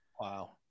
Wow